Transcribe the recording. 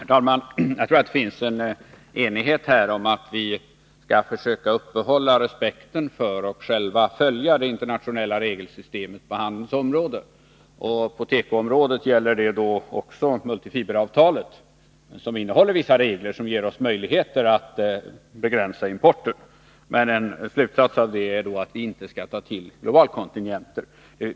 Herr talman! Jag tror att det finns enighet om att vi skall försöka upprätthålla respekten för och själva följa det internationella regelsystemet på handelns område. På tekoområdet gäller det också multifiberavtalet, som innehåller vissa regler som ger oss möjligheter att begränsa importen. Men en slutsats av det är att vi inte skall ta till globalkontingenten.